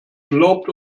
glaubt